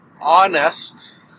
Honest